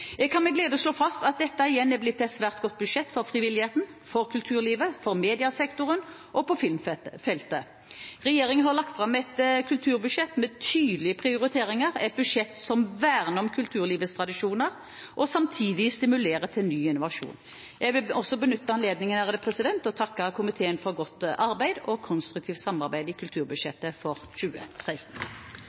Jeg kan med glede slå fast at dette igjen er blitt et svært godt budsjett for frivilligheten, for kulturlivet, for mediesektoren og på filmfeltet. Regjeringen har lagt fram et kulturbudsjett med tydelige prioriteringer, et budsjett som verner om kulturlivets tradisjoner og samtidig stimulerer til ny innovasjon. Jeg vil også benytte anledningen til å takke komiteen for godt arbeid og konstruktivt samarbeid om kulturbudsjettet for 2016.